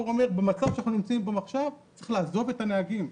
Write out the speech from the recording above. במצב שאנחנו נמצאים בו עכשיו צריך לעזוב את הנהגים.